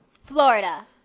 Florida